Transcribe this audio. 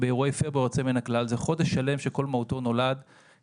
זה חודש שלם שכל מהותו להגדיר